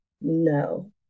No